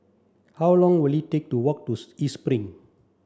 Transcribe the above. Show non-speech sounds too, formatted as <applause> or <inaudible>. how long will it take to walk to <unintelligible> East Spring